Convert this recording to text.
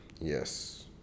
Yes